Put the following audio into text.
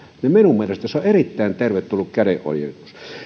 niin minun mielestäni se on erittäin tervetullut kädenojennus